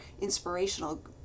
inspirational